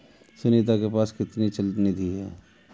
सुनीता के पास कितनी चल निधि है?